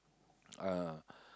uh